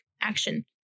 action